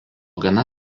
gana